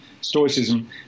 Stoicism